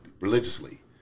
religiously